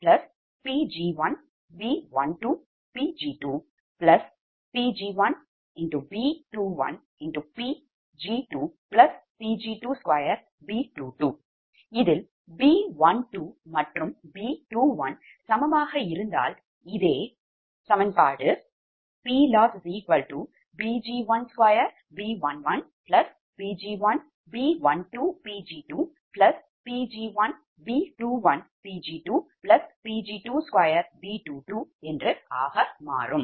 இதில் B12 மற்றும் B21 சமமாக இருந்தால் இது PLossPg12B11Pg1B12Pg2Pg1B21Pg2Pg22B22 ஆக மாறும்